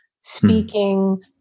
speaking